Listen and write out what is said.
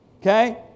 Okay